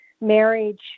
marriage